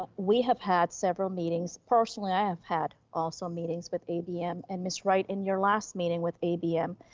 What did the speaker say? but we have had several meetings personally. i have had also meetings with abm, and ms. wright in your last meeting with abm,